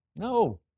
No